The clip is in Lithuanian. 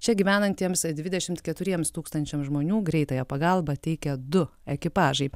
čia gyvenantiems dvidešimt keturiems tūkstančiams žmonių greitąją pagalbą teikia du ekipažai